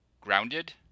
Grounded